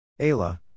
Ayla